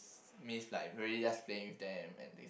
miss like really just playing with them and thing